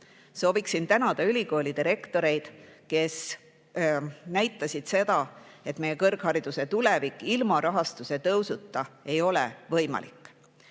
Soovin tänada ülikoolide rektoreid, kes näitasid seda, et meie kõrghariduse tulevik ilma rahastuse tõusuta ei ole võimalik.